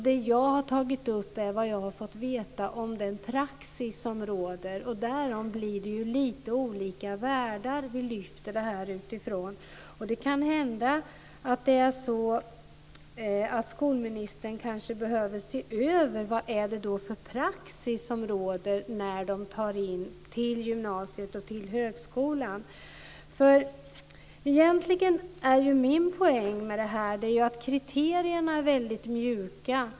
Det jag har tagit upp är vad jag har fått veta om den praxis som råder. Därför blir det utifrån lite olika värden vi lyfter fram detta. Det kan hända att skolministern behöver se över vad det är för praxis som råder när man tar in till gymnasiet och högskolan. Min poäng är att kriterierna är väldigt mjuka.